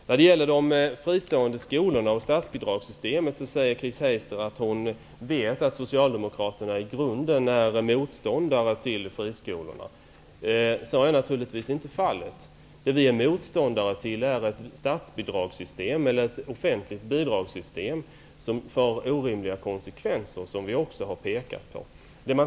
Chris Heister säger om de fristående skolorna och statsbidragssystemet att hon vet att Socialdemokraterna i grunden är motståndare till friskolorna. Så är naturligtvis inte fallet. Vi socialdemokrater är motståndare till ett offentligt bidragssystem, som får orimliga konsekvenser, vilket vi också påpekat.